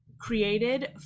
created